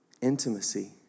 intimacy